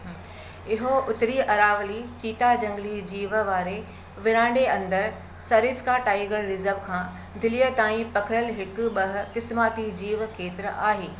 इहो उतरी अरावली चीता झंगली जीव वारे विरांडे अंदरि सरिस्का टाइगर ऱिजर्व खां दिल्लीअ ताईं पखिड़ियलु हिक ॿह क़िस्माती जीव खेत्र आहे